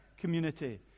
community